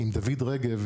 עם דוד רגב,